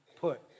put